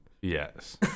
yes